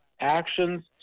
actions